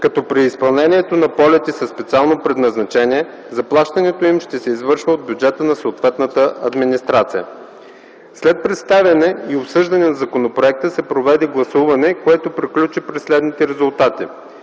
като при изпълнението на полети със специално предназначение заплащането им ще се извършва от бюджета на съответните администрации. След представяне и обсъждане на законопроекта се проведе гласуване, което приключи при следните резултати: